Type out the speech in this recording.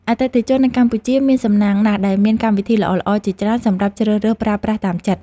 អតិថិជននៅកម្ពុជាមានសំណាងណាស់ដែលមានកម្មវិធីល្អៗជាច្រើនសម្រាប់ជ្រើសរើសប្រើប្រាស់តាមចិត្ត។